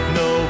no